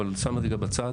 אבל אני שם זאת כרגע בצד: